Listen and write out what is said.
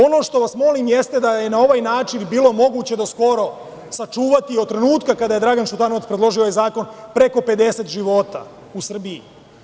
Ono što vas molim jeste da je na ovaj način bilo moguće, do skoro, sačuvati od trenutka kada je Dragan Šutanovac predložio ovaj zakon, preko 50 života u Srbiji.